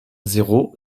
zéro